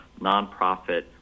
nonprofit